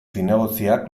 zinegotziak